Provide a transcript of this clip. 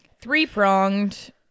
three-pronged